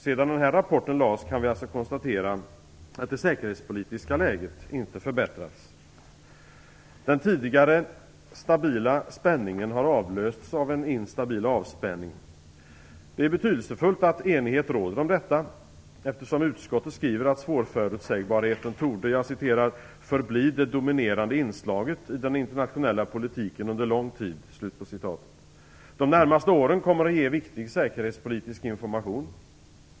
Sedan rapporten lades fram kan vi alltså konstatera att det säkerhetspolitiska läget inte förbättrats. Den tidigare stabila spänningen har avlösts av en instabil avspänning. Det är betydelsefullt att enighet råder om detta, eftersom utskottet skriver att svårutsägbarheten torde "förbli ett dominerande inslag i den internationella politiken under lång tid". De närmaste åren kommer att ge viktig säkerhetspolitisk information.